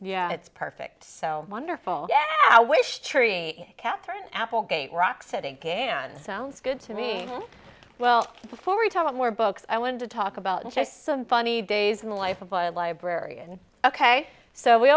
yeah it's perfect so wonderful i wish katherine applegate rock setting again sounds good to me well before we talk about more books i want to talk about some funny days in the life of a librarian ok so we